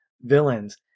villains